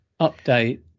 Update